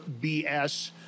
BS